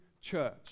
church